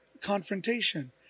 confrontation